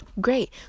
great